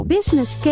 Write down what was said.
Business